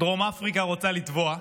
דרום אפריקה רוצה לתבוע.